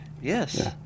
Yes